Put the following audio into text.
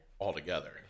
altogether